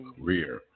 career